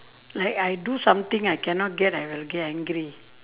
like I do something I cannot get I will get angry